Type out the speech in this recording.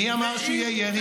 מי אמר שיהיה ירי?